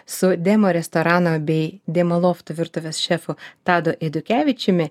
su demo restorano bei demo lofto virtuvės šefu tadu eidukevičiumi